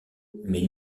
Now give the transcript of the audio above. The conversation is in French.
mais